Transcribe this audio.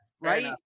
Right